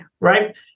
right